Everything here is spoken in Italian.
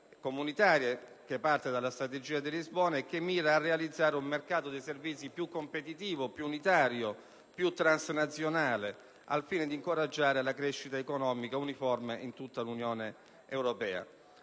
comunitaria, che parte dalla strategia di Lisbona e mira a realizzare un mercato dei servizi più competitivo, più unitario, più transnazionale, al fine di incoraggiare una crescita economica uniforme in tutta l'Unione europea.